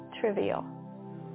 trivial